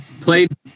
played